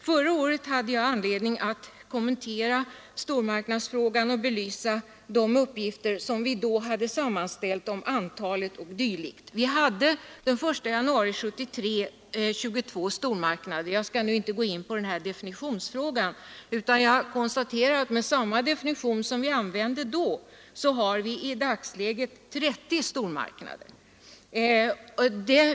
Förra året hade jag anledning att kommentera stormarknadsfrågan och belysa de uppgifter som vi då hade sammanställt om antal och dylikt. Den 1 januari 1973 fanns det 22 stormarknader. Jag skall inte gå in på definitionsfrågan utan konstaterar att det med samma definition som vi då hade i dagsläget finns 30 stormarknader.